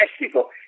Mexico